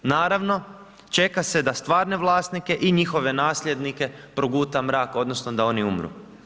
Naravno, čeka se da stvarne vlasnike i njihove nasljednike, proguta mrak, odnosno, da oni umru.